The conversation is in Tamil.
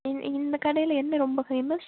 இந் இ இந்த கடையில் என்ன ரொம்ப ஃபேமஸ்